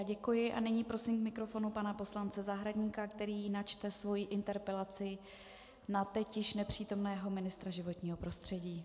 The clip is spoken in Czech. Děkuji a nyní prosím k mikrofonu pana poslance Zahradníka, který načte svoji interpelaci na teď již nepřítomného ministra životního prostředí.